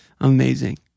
amazing